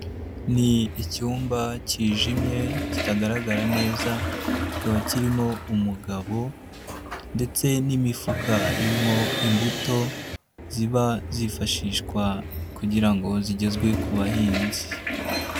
Ni icyumba cyijimye kitagaragara neza, kikaba kirimo umugabo ndetse n'imifuka irimo imbuto, ziba zifashishwa kugira ngo zigezwe ku bahinzi.